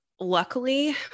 Luckily